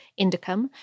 indicum